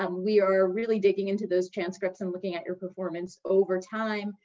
um we are really digging into those transcripts and looking at your performance over time,